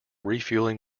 refueling